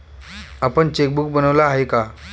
आपण चेकबुक बनवलं आहे का?